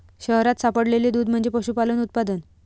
शहरात सापडलेले दूध म्हणजे पशुपालन उत्पादन